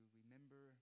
remember